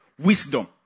wisdom